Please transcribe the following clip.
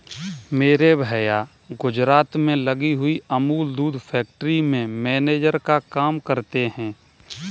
मेरे भैया गुजरात में लगी हुई अमूल दूध फैक्ट्री में मैनेजर का काम करते हैं